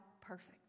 perfect